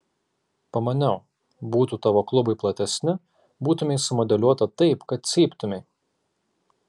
pamaniau būtų tavo klubai platesni būtumei sumodeliuota taip kad cyptumei